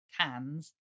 cans